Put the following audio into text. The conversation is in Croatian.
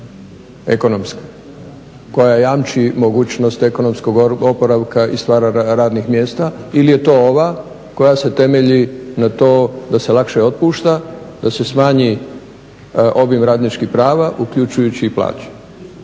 koja jamči mogućnost ekonomskog oporavka i stvara radnih mjesta ili je to ova koja se temelji na to da se lakše otpušta, da se smanji omjer radničkih prava uključujući i plaće.